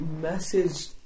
message